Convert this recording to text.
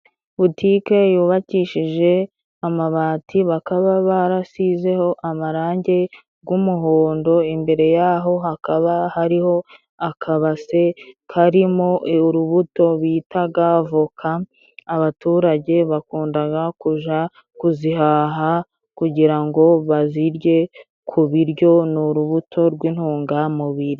Boutike yubakishije amabati, bakaba barasizeho amarangi bw'umuhondo, imbere yaho hakaba hariho akabase karimo urubuto bita avoka, abaturage bakunda kujya kuzihaha, kugira ngo bazirye ku biryo, n'urubuto rw'intungamubiri.